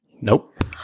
Nope